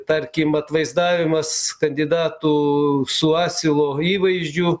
tarkim atvaizdavimas kandidatų su asilo įvaizdžiu